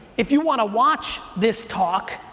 if you wanna watch this talk,